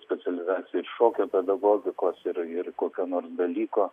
specializacija ir šokio pedagogikos ir ir kokio nors dalyko